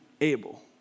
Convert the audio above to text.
Abel